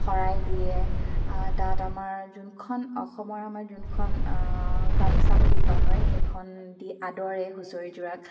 শৰাই দিয়ে তাত আমাৰ যোনখন অসমৰ আমাৰ যোনখন গামোচা বুলি কোৱা হয় সেইখন দি আদৰে হুঁচৰি যোৰাক